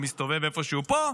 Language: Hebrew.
הוא מסתובב איפשהו פה,